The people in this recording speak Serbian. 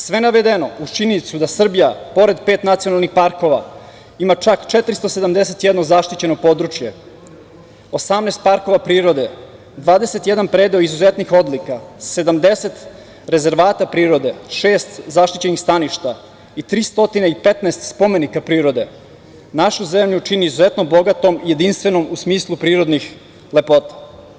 Sve navedeno, uz činjenicu da Srbija, pored pet nacionalnih parkova, ima čak 471 zaštićeno područje, 18 parkova prirode, 21 predeo izuzetnih odlika, 70 rezervata prirode, šest zaštićenih staništa i 315 spomenika prirode, našu zemlju čini izuzetnom bogatom i jedinstvenom u smislu prirodnih lepota.